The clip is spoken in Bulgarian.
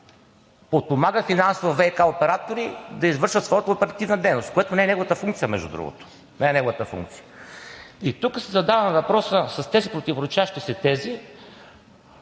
подпомага финансово ВиК оператори да извършват своята оперативна дейност, което не е неговата функция, между другото, не е неговата функция. Тук си задавам въпроса с тези противоречащи си тези